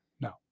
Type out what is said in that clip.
No